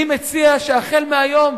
אני מציע שמהיום,